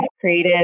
created